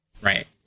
Right